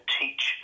teach